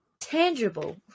tangible